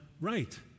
right